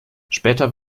später